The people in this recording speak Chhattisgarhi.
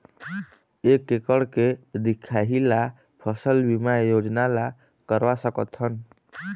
एक एकड़ के दिखाही ला फसल बीमा योजना ला करवा सकथन?